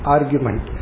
Argument